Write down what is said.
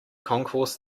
concourse